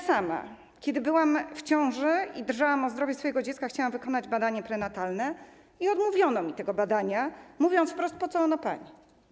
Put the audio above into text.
Sama, kiedy byłam w ciąży i drżałam o zdrowie swojego dziecka, chciałam wykonać badanie prenatalne i odmówiono mi tego badania, mówiąc wprost: Po co ono pani?